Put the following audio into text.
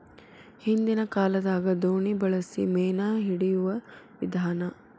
ಹಿಂದಿನ ಕಾಲದಾಗ ದೋಣಿ ಬಳಸಿ ಮೇನಾ ಹಿಡಿಯುವ ವಿಧಾನಾ